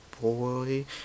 boy